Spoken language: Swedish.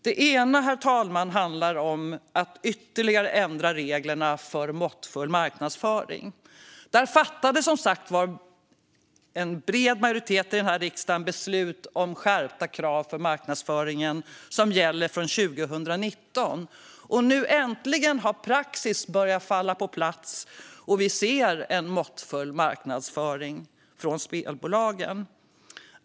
Det ena handlar om att ytterligare ändra reglerna för måttfull marknadsföring. Där fattade som sagt en bred majoritet i den här riksdagen beslut om skärpta krav på marknadsföringen som gäller från 2019. Nu äntligen har praxis börjat falla på plats, och vi ser en måttfull marknadsföring från spelbolagen.